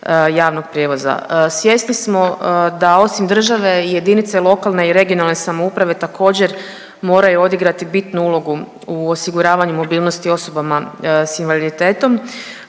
javnog prijevoza. Svjesni smo da osim države i jedinice lokalne i regionalne samouprave također moraju odigrati bitnu ulogu u osiguravanju mobilnosti osobama s invaliditetom.